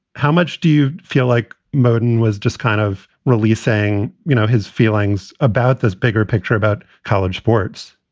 how much do you feel like modin was just kind of releasing, you know, his feelings about this bigger picture about college sports?